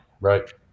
Right